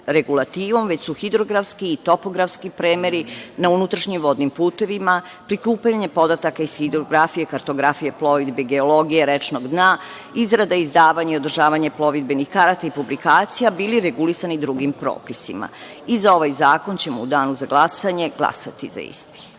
regulativom, već su hidrografski i topografski premeri na unutrašnjim vodnim putevima prikupljanjem podataka iz hidrografije, kartografije, plovidbe, geologije rečnog dna, izrada, izdavanje i održavanje plovidbenih karata i publikacija, bili regulisani drugim propisima.I za ovaj zakon ćemo u danu za glasanje glasati, za isti.